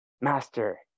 master